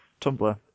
Tumblr